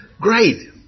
Great